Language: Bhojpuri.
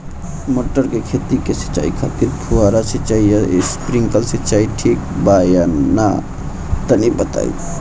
मटर के खेती के सिचाई खातिर फुहारा सिंचाई या स्प्रिंकलर सिंचाई ठीक बा या ना तनि बताई?